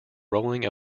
rolling